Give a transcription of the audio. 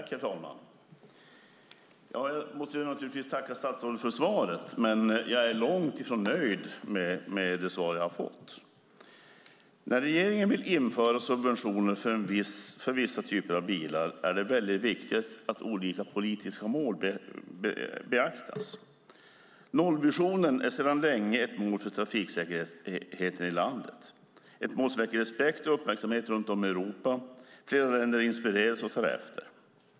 Herr talman! Jag måste naturligtvis tacka statsrådet för svaret, men jag är långt ifrån nöjd med det svar jag har fått. När regeringen vill införa subventioner för vissa typer av bilar är det viktigt att olika politiska mål beaktas. Nollvisionen är sedan länge ett mål för trafiksäkerheten i landet, ett mål som väcker respekt och uppmärksamhet runt om i Europa. Flera länder inspireras och tar efter.